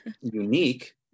unique